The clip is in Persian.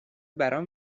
برام